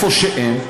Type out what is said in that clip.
במקום שאין,